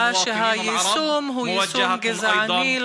היישום הוא יישום גזעני,